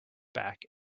back